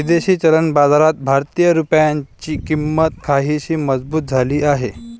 विदेशी चलन बाजारात भारतीय रुपयाची किंमत काहीशी मजबूत झाली आहे